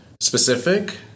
specific